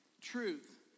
truth